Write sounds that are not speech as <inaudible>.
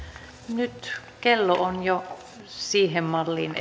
nyt kello on jo siihen malliin <unintelligible>